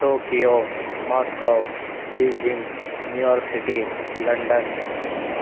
Tokyo Moscow Beijing New York city London